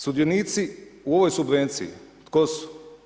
Sudionici u ovoj subvenciji, tko su?